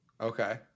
Okay